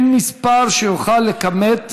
אין מספר שיוכל לכמת